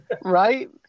right